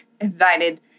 invited